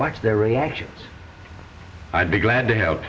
watch their reactions i'd be glad to h